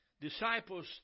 disciples